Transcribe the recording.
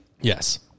Yes